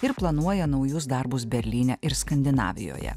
ir planuoja naujus darbus berlyne ir skandinavijoje